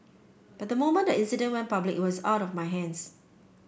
but the moment the incident public it was out of my hands